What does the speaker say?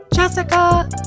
Jessica